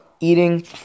Eating